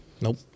Nope